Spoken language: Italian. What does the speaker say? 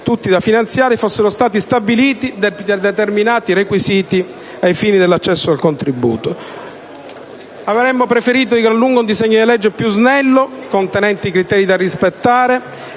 enti da finanziare, fossero stabiliti determinati requisiti ai fini dell'accesso al contributo. Avremmo preferito di gran lunga un disegno di legge più snello, contenente i criteri da rispettare